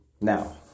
Now